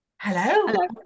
Hello